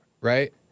right